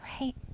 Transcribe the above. right